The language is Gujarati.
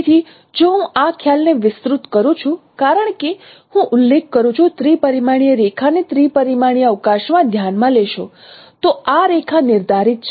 તેથી જો હું આ ખ્યાલ ને વિસ્તૃત કરું છું કારણ કે હું ઉલ્લેખ કરું છું ત્રિપરિમાણીય રેખા ને ત્રિ પરિમાણીય અવકાશ માં ધ્યાન માં લેશો તો આ રેખા નિર્ધારિત છે